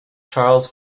charles